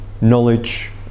knowledge